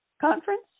conference